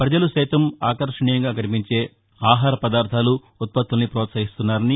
ప్రజలు సైతం ఆకర్వణీయంగా కనిపించే ఆహార పదార్ధాలు ఉత్పత్తుల్ని ప్రోత్సహిస్తున్నారని